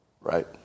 Right